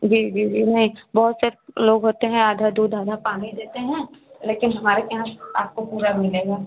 जी जी जी नहीं बहुत से लोग होते हैं आधा दूध आधा पानी देते हैं लेकिन हमारे कहाँ आपको पूरा मिलेगा